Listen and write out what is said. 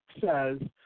says